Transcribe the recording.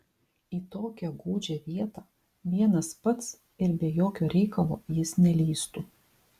į tokią gūdžią vietą vienas pats ir be jokio reikalo jis nelįstų